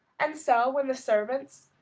and so when the servants,